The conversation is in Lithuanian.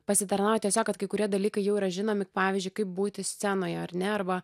pasitarnavo tiesiog kad kai kurie dalykai jau yra žinomi pavyzdžiui kaip būti scenoje ar ne arba